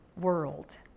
world